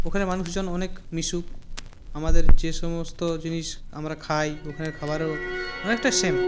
ওখানে মানুষজন অনেক মিশুক আমাদের যেসমস্ত জিনিস আমরা খাই ওখানে খাবারেও অনেকটা সেম